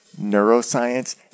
neuroscience